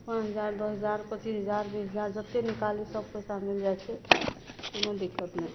पाँच हजार दस हजार पचीस हजार बीस हजार जत्ते जे निकालु सब मिल जाइ छै कोनो दिक्कत नहि